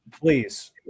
please